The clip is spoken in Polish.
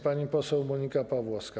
Pani poseł Monika Pawłowska.